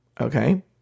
okay